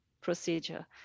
procedure